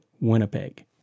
Winnipeg